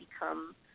become